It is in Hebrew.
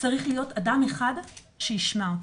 צריך להיות אדם אחד שישמע אותך.